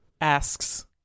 Asks